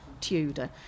Tudor